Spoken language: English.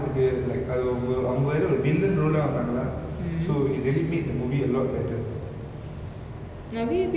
நா:na V_I_P two பாக்கள:paakala actually நா வந்து:na vanthu like first one தா பாத்த:tha paatha and um I liked it lah but the thing is I heard that V_I_P